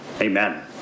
Amen